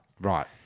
Right